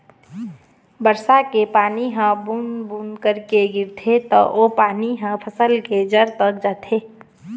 बरसा के पानी ह बूंद बूंद करके गिरथे त ओ पानी ह फसल के जर तक जाथे